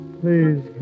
please